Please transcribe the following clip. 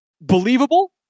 believable